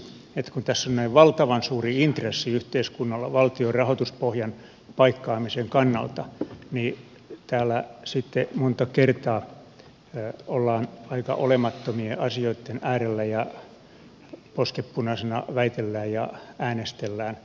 tässä on näin valtavan suuri intressi yhteiskunnalla valtion rahoituspohjan paikkaamisen kannalta mutta täällä monta kertaa ollaan aika olemattomien asioitten äärellä ja posket punaisina väitellään ja äänestellään